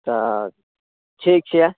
अच्छा ठीक छै